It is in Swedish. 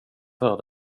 för